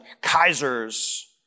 kaisers